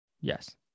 Yes